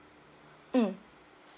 mm